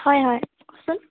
হয় হয় কওকচোন